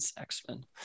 X-Men